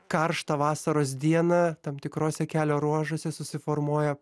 karštą vasaros dieną tam tikrose kelio ruožuose susiformuoja